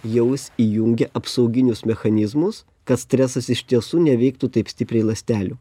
jau jis įjungia apsauginius mechanizmus kad stresas iš tiesų neveiktų taip stipriai ląstelių